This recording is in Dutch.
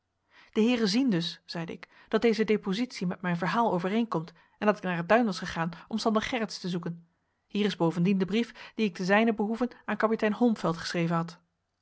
de heeren zien dus zeide ik dat deze depositie met mijn verhaal overeenkomt en dat ik naar het duin was gegaan om sander gerritsz te zoeken hier is bovendien de brief dien ik te zijnen behoeve aan kapitein holmfeld geschreven had